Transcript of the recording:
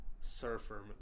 Surfer